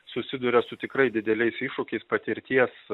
susiduria su tikrai dideliais iššūkiais patirties